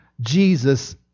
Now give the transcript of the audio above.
Jesus